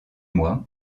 mois